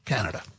Canada